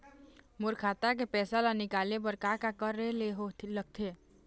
मोर खाता के पैसा ला निकाले बर का का करे ले लगथे?